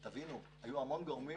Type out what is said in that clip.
תבינו, היו המון גורמים